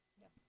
Yes